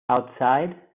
outside